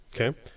Okay